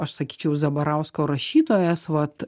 aš sakyčiau zabarausko rašytojas vat